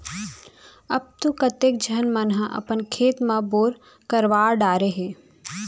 अब तो कतेक झन मन ह अपन खेत म बोर करवा डारे हें